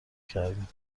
کردیم